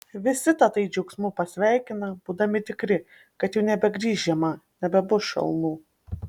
visi tatai džiaugsmu pasveikina būdami tikri kad jau nebegrįš žiema nebebus šalnų